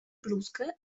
bluzkę